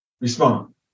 Respond